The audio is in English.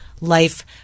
Life